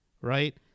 right